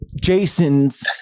Jason's